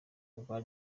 urwa